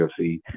UFC